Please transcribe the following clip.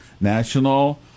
National